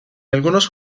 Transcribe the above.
algunos